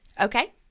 Okay